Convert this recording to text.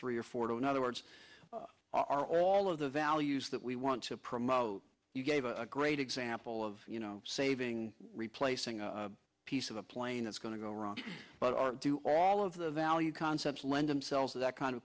three or four hundred other words are all of the values that we want to promote you gave a great example of you know saving replacing a piece of a plane that's going to go wrong but aren't do all of the value concepts lend themselves to that kind of